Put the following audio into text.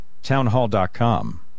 Townhall.com